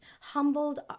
Humbled